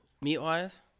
Meat-wise